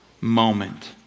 moment